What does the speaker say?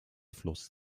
fluss